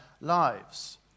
lives